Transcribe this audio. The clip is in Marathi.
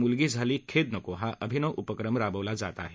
मुलगी झाली खेद नको हा अभिनव उपक्रम राबावला जात आहे